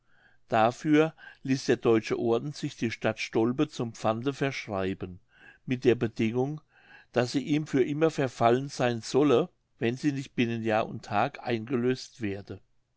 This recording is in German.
dafür ließ der deutsche orden sich die stadt stolpe zum pfande verschreiben mit der bedingung daß sie ihm für immer verfallen sein solle wenn sie nicht binnen jahr und tag eingelöst werde